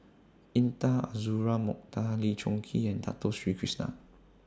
Intan Azura Mokhtar Lee Choon Kee and Dato Sri Krishna